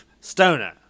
Stoner